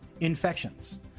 Infections